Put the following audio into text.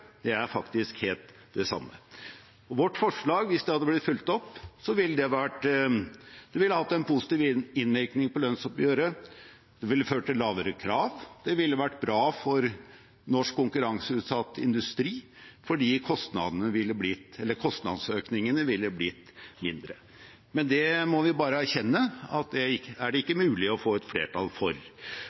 er faktisk helt det samme. Vårt forslag, hvis det hadde blitt fulgt opp, ville hatt en positiv innvirkning på lønnsoppgjøret. Det ville ført til lavere krav. Det ville vært bra for norsk konkurranseutsatt industri, fordi kostnadsøkningene ville blitt mindre. Men vi må bare erkjenne at det er det ikke mulig å få et flertall for.